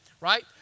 right